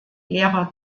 lehrer